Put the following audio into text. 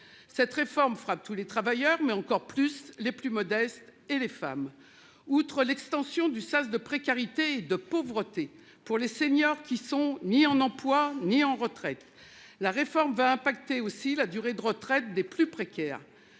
Cette réforme frappe tous les travailleurs, mais encore plus les plus modestes et les femmes. Outre l'extension du sas de précarité et de pauvreté pour les seniors qui sont ni en emploi, ni en retraite, la réforme va impacter aussi la durée de retraite des plus précaires.